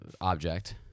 object